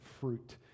fruit